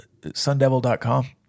Sundevil.com